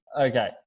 Okay